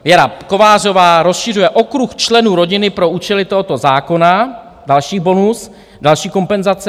Věra Kovářová rozšiřuje okruh členů rodiny pro účely tohoto zákona další bonus, další kompenzace.